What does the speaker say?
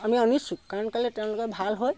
আমি অনিচ্ছুক কাৰণ কেলৈ তেওঁলোকে ভাল হৈ